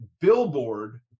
billboard